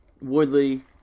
Woodley